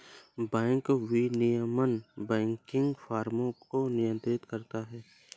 bank विनियमन banking फ़र्मों को नियंत्रित करता है